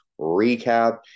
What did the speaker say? recap